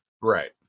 Right